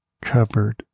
covered